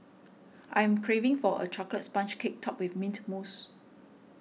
I'm craving for a chocolates sponge cake topped with Mint Mousse